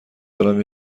دارم